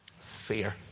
Fear